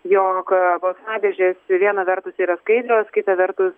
jog balsadėžės viena vertus yra skaidrios kita vertus